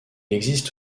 existe